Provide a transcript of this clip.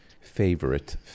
Favorite